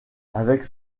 avec